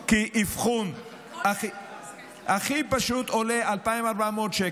כי אבחון הכי פשוט עולה 2,400 שקל.